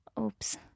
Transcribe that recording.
Oops